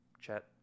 Chet